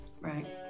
Right